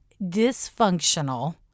dysfunctional